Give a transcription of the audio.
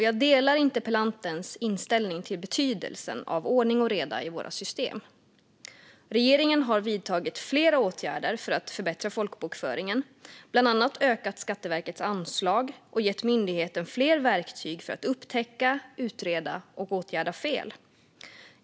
Jag delar interpellantens inställning till betydelsen av ordning och reda i våra system. Regeringen har vidtagit flera åtgärder för att förbättra folkbokföringen. Man har bland annat ökat Skatteverkets anslag och gett myndigheten fler verktyg för att upptäcka, utreda och åtgärda fel.